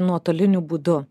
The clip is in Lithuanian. nuotoliniu būdu